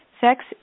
Sex